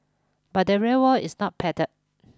but the real world is not padded